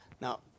now